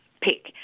pick